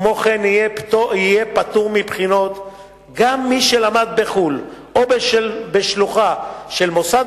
כמו כן יהיה פטור מבחינות גם מי שלמד בחוץ-לארץ או בשלוחה של מוסד